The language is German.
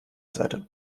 seite